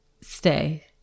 stay